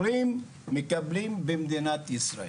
שמורים מקבלים במדינת ישראל.